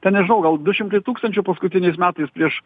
ten nežinau gal du šimtai tūkstančių paskutiniais metais prieš